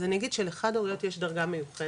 אז אני אגיד שלחד-הוריות יש דרגה מיוחדת